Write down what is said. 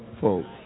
folks